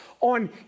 on